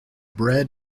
bred